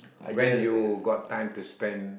when you got time to spend